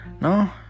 no